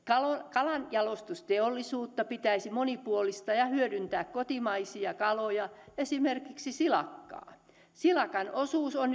kalanjalostusteollisuutta pitäisi monipuolistaa ja siinä hyödyntää kotimaisia kaloja esimerkiksi silakkaa silakan osuus on